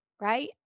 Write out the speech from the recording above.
right